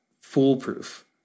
foolproof